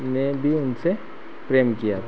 ने भी उनसे प्रेम किया